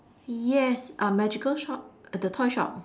yes uh magical shop the toy shop